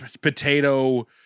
potato